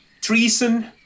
Treason